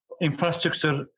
infrastructure